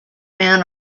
men